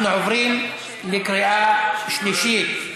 אנחנו עוברים לקריאה שלישית.